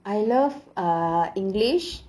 I love uh english